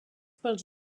pels